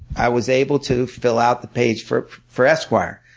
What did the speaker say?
i was able to fill out the page for for esquire.